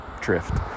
drift